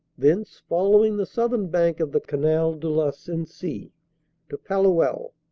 thence following the southern bank of the canal de la sensee to palluel,